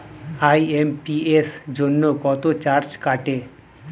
IMPS জন্য কত charge কাটে?